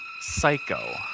psycho